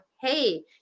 hey